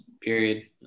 period